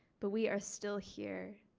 but we are still here.